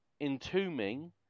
entombing